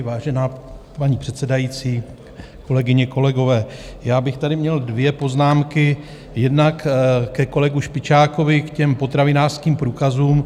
Vážená paní, předsedající, kolegyně, kolegové, já bych tady měl dvě poznámky, jednak ke kolegovi Špičákovi, k těm potravinářským průkazům.